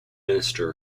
minister